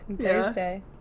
Thursday